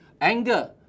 anger